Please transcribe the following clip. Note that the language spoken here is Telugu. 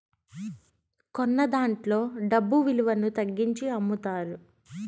కొన్నదాంట్లో డబ్బు విలువను తగ్గించి అమ్ముతారు